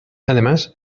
además